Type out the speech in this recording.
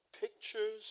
Pictures